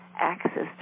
access